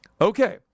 Okay